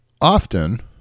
often